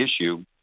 issue